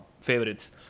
favorites